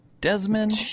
Desmond